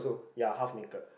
ya half naked